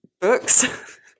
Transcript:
books